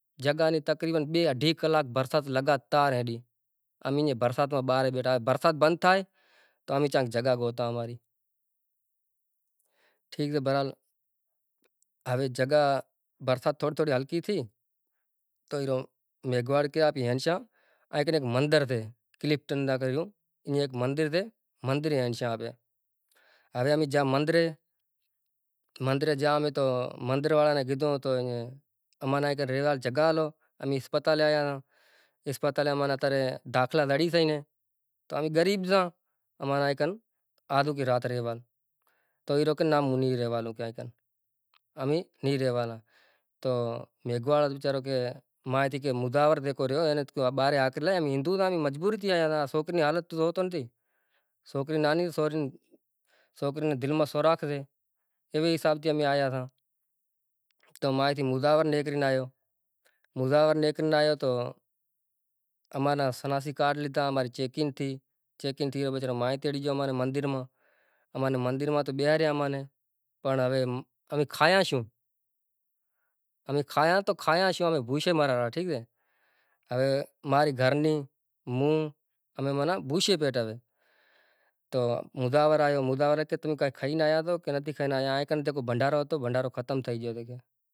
چم ای بھینڈی وہوارائیجسے اتا رے کھیریاں ماہ، کھیریاں میں بیزاں مہیناں جیوو کر ایئاں ری فل موسم ہوئے تی، بھینڈی ری، تو ای بھینڈی ایوریج بھی ودھیک آویسے ایئں ایراضی بھی ودھیک آویسے ان ریٹ بھی مانڑاں نیں سوٹھو زڑی سے، باقی واہیا رو طریقو ای سے کی تمیں اتا رے کھیریا کڈھاوی سوٹھے نمونے بنی ٹھراوے کھیڑی کرائے کھیرایا کڈھائے، بصر واڑا کھیریا، کڈھائے اینوں بھینڈیاں رو ماناں جیووکر ریز کریو پانڑی بھرایو واٹر روں پانڑی نتھی تو بورنگ رو پانڑی سے زاں واٹر روں سے، واٹر ماں نتھی تو کے سم نالے روں کھاڈو بھرل سے ایئاں ماں ریز کرے لاشوں، ریز کرے لاشوں تو ایئے ماں ماناں وٹ آوی، وٹ ماں ہنڑی ناکھو چوں کہ اینا شوں سے کہ اینا روکھا میں واہویا تی چونگی واری سے اے ماں ایوریج بھی ودھیک سے، تو ای حساب سے تجربو ای سے کہ تمیں ایئے نیں وٹ میں واہوو پسے اینے اوگے زاشے پسے پانڑی ہالو، ماشا الا بھینڈی رو تجربو ای سے کہ تمیں ای ماں بھی کماشو، تو بھینڈی رو تجربو ای حساب تی سے۔